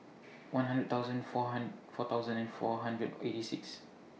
one hundred thousand four four thousand and four hundred eighty six